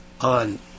on